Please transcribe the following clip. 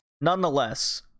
Nonetheless